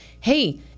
hey